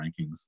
rankings